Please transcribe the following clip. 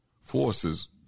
forces